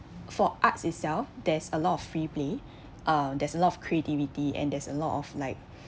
for arts itself there's a lot of free play uh there's a lot of creativity and there's a lot of like